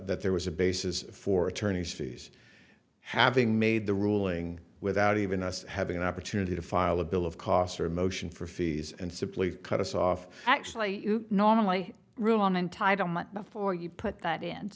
that there was a basis for attorney's fees having made the ruling without even us having an opportunity to file a bill of costs or motion for fees and simply cut us off actually you normally rely on entitlement before you put that in